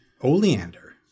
Oleander